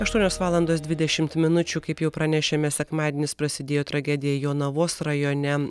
aštuonios valandos dvidešimt minučių kaip jau pranešėme sekmadienis prasidėjo tragedija jonavos rajone